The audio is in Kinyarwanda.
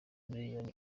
miliyoni